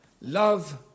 Love